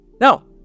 No